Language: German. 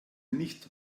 nicht